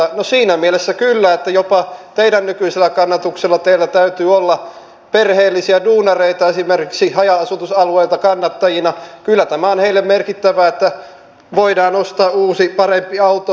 no siinä mielessä kyllä että jopa teidän nykyisellä kannatuksellanne teillä täytyy olla perheellisiä duunareita esimerkiksi haja asutusalueilta kannattajina kyllä tämä on heille merkittävää että voidaan ostaa uusi parempi auto